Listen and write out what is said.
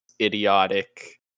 idiotic